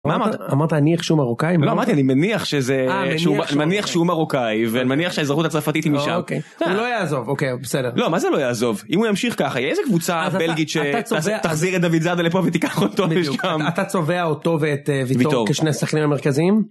אמרת אני איך שהוא מרוקאי? לא אמרתי אני מניח שהוא מרוקאי ואני מניח שהאזרחות הצרפתית היא משם הוא לא יעזוב, בסדר לא מה זה לא יעזוב, אם הוא ימשיך ככה יהיה איזה קבוצה בלגית שתחזיר את דוד זאדל לפה ותיקח אותו אתה צובע אותו ואת ויטור כשני שכלים המרכזיים?